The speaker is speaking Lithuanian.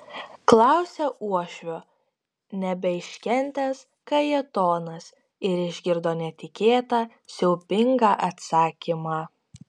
klausia uošvio nebeiškentęs kajetonas ir išgirdo netikėtą siaubingą atsakymą